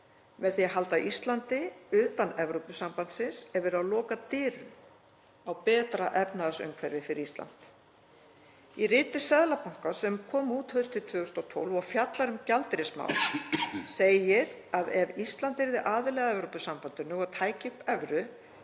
Með því að halda Íslandi utan Evrópusambandsins er verið að loka dyrum að betra efnahagsumhverfi fyrir Ísland. Í riti Seðlabankans sem kom út haustið 2012 og fjallar um gjaldeyrismál segir að ef Ísland yrði aðili að Evrópusambandinu og tæki upp evru